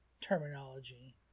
terminology